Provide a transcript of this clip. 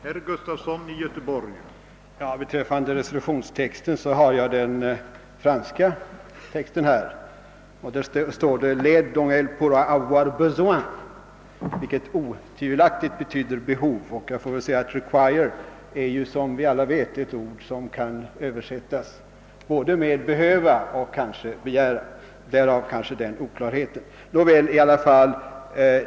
Herr talman! Jag har den franska resolutionstexten här, och i den står det »PFaide dont elle pourra avoir besoin»; »besoin» betyder otvivelaktigt behov. »Require» är, som vi alla vet, ett ord som kan översättas med både behöva och begära. Därav har kanske denna oklarhet uppkommit.